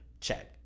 check